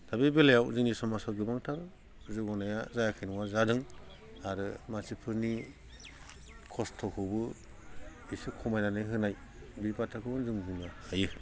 दा बे बेलायाव जोंनि समाजाव गोबांथार जौगानाया जायाखै नङा जादों आरो मानसिफोरनि कस्त'खौबो इसे खमायनानै होनाय बे बाथ्राखौ जों बुंनो हायो